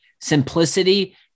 simplicity